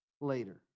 later